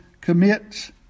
commits